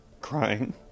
crying